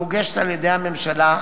המוגשת על-ידי הממשלה,